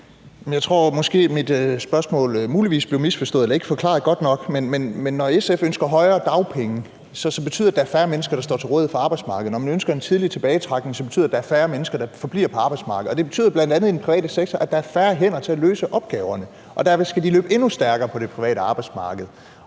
Jeg tror måske, mit spørgsmål muligvis blev misforstået eller ikke forklaret godt nok. Men når SF ønsker højere dagpenge, betyder det, at der er færre mennesker, der står til rådighed for arbejdsmarkedet. Når man ønsker en tidlig tilbagetrækning, betyder det, at der er færre mennesker, der forbliver på arbejdsmarkedet. Det betyder bl.a. i den private sektor, at der er færre hænder til at løse opgaverne, og derfor skal de løbe endnu stærkere på det private arbejdsmarked.